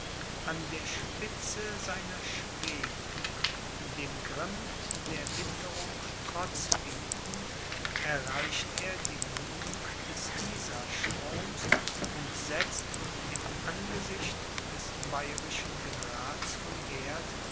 an der spitze seiner schweden dem grimm der witterung trotz bietend erreicht er die mündung des isarstroms und setzt im angesicht des bayerischen generals von werth